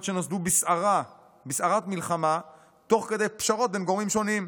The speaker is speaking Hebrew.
שנוסדו בסערת מלחמה תוך כדי פשרות בין גורמים שונים.